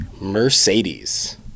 Mercedes